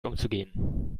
umzugehen